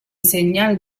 señal